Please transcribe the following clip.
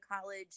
college